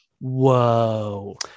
whoa